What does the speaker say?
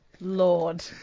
Lord